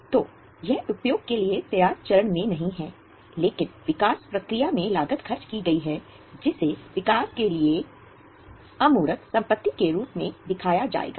तो यह उपयोग के लिए तैयार चरण में नहीं है लेकिन विकास प्रक्रिया में लागत खर्च की गई है जिसे विकास के लिए अमूर्त संपत्ति के रूप में दिखाया जाएगा